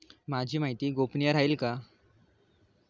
माझी माहिती गोपनीय राहील का?